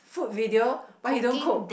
food video but he don't cook